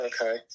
okay